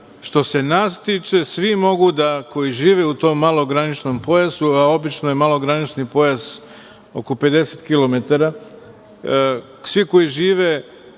što se nas tiče, svi mogu da koji žive u tom malograničnom pojasu, a obično je malogranični pojas oko 50 km, svi koji žive